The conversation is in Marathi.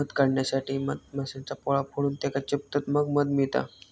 मध काढण्यासाठी मधमाश्यांचा पोळा फोडून त्येका चेपतत मग मध मिळता